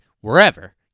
wherever